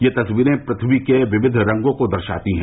यह तस्वीरें पृथ्वी के विविध रंगों को दर्शाती है